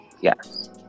yes